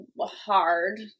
hard